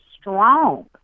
strong